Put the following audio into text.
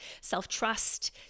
self-trust